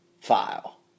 file